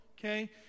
Okay